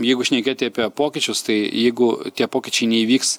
jeigu šnekėti apie pokyčius tai jeigu tie pokyčiai neįvyks